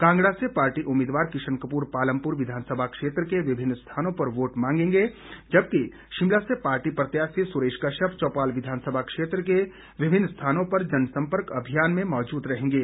कांगड़ा से पार्टी उम्मीदवार किशन कपूर पालमपुर विधानसभा क्षेत्र के विभिन्न स्थानों पर वोट मांगेंगे जबकि शिमला से पार्टी प्रत्याशी सुरेश कश्यप चौपाल विधानसभा क्षेत्र के विभिन्न स्थानों पर जनसम्पर्क अभियान में मौजूद रहेंगे